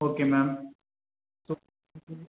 okay ma'am